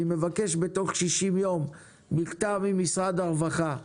אני מבקש בתוך 60 יום מכתב ממכתב הרווחה,